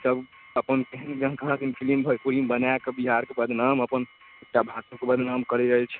ईसब अपन तेहन जङ्खार अइ फिलिम बनाकऽ बिहारके बदनाम अपन एकटा भाषोके बदनाम करै जाइ छै